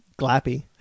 Glappy